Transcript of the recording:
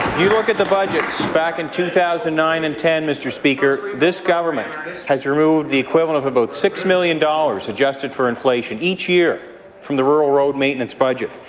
you look at the budgets back in two thousand and nine and ten, mr. speaker, this government has removed the equivalent of about six million dollars, adjusted for inflation, each year from the rural road maintenance budget.